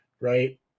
right